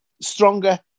stronger